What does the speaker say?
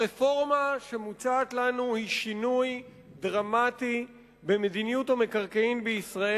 הרפורמה שמוצעת לנו היא שינוי דרמטי במדיניות המקרקעין בישראל